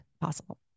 possible